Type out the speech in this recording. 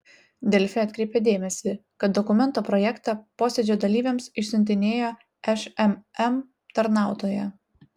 delfi atkreipia dėmesį kad dokumento projektą posėdžio dalyviams išsiuntinėjo šmm tarnautoja